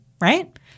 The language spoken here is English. right